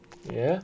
yeah